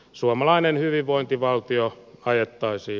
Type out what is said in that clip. suomalainen hyvinvointivaltio ajettaisi